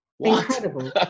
incredible